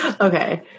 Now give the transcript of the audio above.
Okay